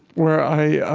where i